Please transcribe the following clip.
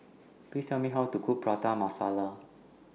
Please Tell Me How to Cook Prata Masala